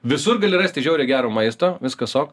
visur gali rasti žiauriai gero maisto viskas ok